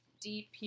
deep